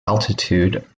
altitude